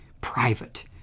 private